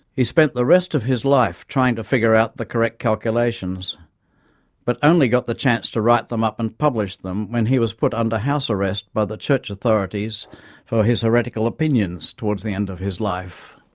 he spent the rest of his life trying to figure out the correct calculations but only got the chance to write them up and publish them when he was put under house arrest by the church authorities for his heretical opinions towards the end of his life.